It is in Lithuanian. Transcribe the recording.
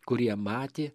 kurie matė